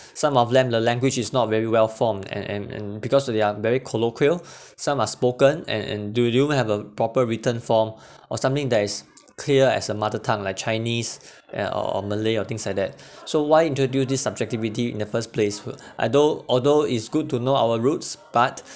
some of them the language is not very well formed and and and because they are very colloquial some are spoken and and do you have a proper written form or something that is clear as a mother tongue like chinese and or or malay or things like that so why introduce this subjectivity in the first place although although it's good to know our roots but